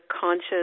conscious